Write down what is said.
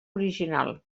original